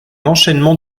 enchaînement